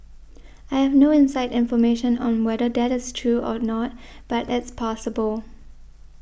I have no inside information on whether that is true or not but it's possible